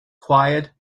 quiet